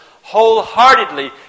wholeheartedly